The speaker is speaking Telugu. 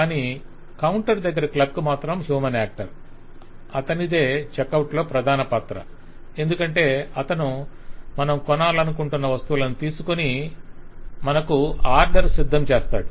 కానీ కౌంటర్ దగ్గర క్లర్క్ మాత్రం హ్యూమన్ యాక్టర్ అతనిదే చెక్ అవుట్ లో ప్రధాన పాత్ర ఎందుకంటే అతను మనం కొనాలనుకుంటున్న వస్తువులను తీసుకొని మనకు ఆర్డర్ సిద్ధం చేస్తాడు